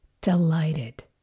delighted